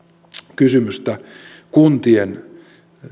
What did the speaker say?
kysymystä kuntien